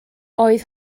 oedd